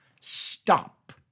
stop